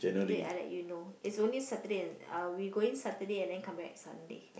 wait I let you know it's only Saturday and uh we going Saturday and then come back Sunday